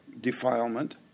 Defilement